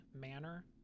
manner